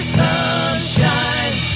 sunshine